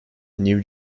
new